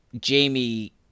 Jamie